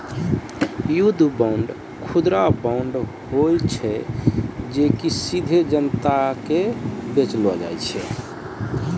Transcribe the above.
युद्ध बांड, खुदरा बांड होय छै जे कि सीधे जनता के बेचलो जाय छै